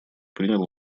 принял